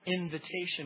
invitation